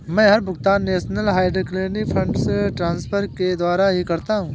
मै हर भुगतान national electronic funds transfer के द्वारा ही करता हूँ